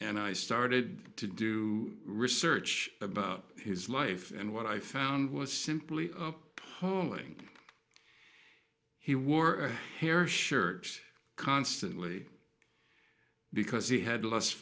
and i started to do research about his life and what i found was simply hauling he wore a hair shirt constantly because he had l